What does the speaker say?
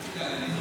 אל תדאג,